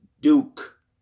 Duke